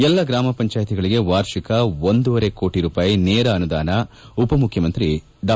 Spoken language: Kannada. ಎಲ್ಲಾ ಗ್ರಾಮ ಪಂಜಾಯಿಗಳಿಗೆ ವಾರ್ಷಿಕ ಒಂದೂವರೆ ಕೋಟಿ ರೂಪಾಯಿ ನೇರ ಅನುದಾನ ಉಪ ಮುಖ್ಯಮಂತ್ರಿ ಡಾ